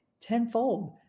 tenfold